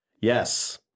Yes